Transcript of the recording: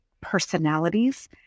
personalities